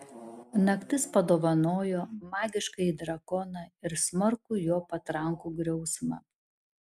naktis padovanojo magiškąjį drakoną ir smarkų jo patrankų griausmą